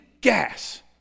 gas